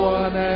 one